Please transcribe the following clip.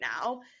now